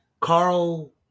Carl